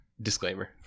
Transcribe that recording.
Disclaimer